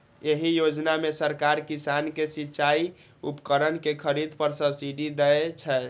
एहि योजना मे सरकार किसान कें सिचाइ उपकरण के खरीद पर सब्सिडी दै छै